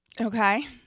Okay